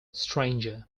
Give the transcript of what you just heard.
stranger